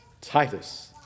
Titus